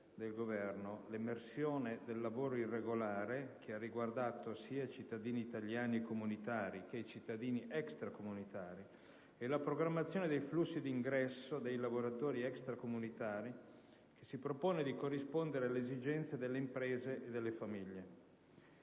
del Governo: l'emersione dal lavoro irregolare, che ha riguardato sia i cittadini italiani e comunitari che i cittadini extracomunitari, e la programmazione dei flussi di ingresso nel nostro Paese dei lavoratori extracomunitari, che si propone di corrispondere alle esigenze delle imprese e delle famiglie.